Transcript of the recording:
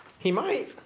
he might.